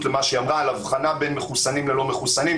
למה שהיא אמרה לגבי ההבחנה בין מחוסנים ללא מחוסנים.